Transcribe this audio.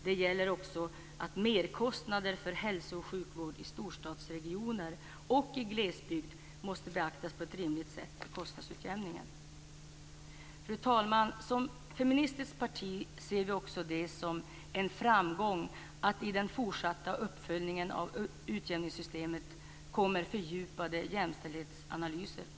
Det gäller också att merkostnader för hälso och sjukvård i storstadsregioner och i glesbygd måste beaktas på ett rimligt sätt i kostnadsutjämningen. Fru talman! Som tillhörande ett feministiskt parti ser vi det också som en framgång att det i den fortsatta uppföljningen av utjämningssystemet kommer att göras fördjupade jämställdhetsanalyser.